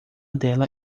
dela